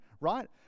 right